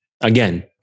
Again